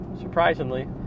surprisingly